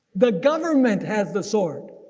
the government has the sword.